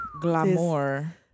glamour